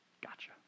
Gotcha